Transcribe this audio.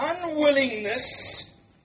unwillingness